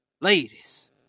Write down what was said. Ladies